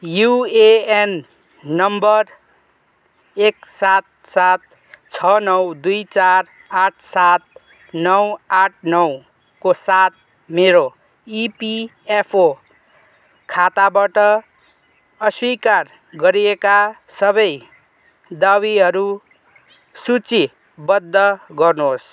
UAN number एक सात सात छ नौ दुई चार आठ सात नौ आठ नौ को साथ मेरो इपिएफओ खाताबाट अस्विकार गरिएका सबै दावीहरू सूचीबद्ध गर्नुहोस्